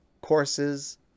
courses